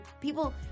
people